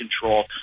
control